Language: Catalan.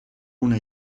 una